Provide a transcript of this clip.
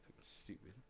stupid